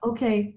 Okay